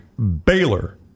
Baylor